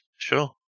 Sure